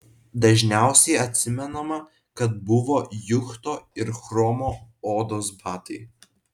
dažniausiai atsimenama kad buvo juchto ir chromo odos batai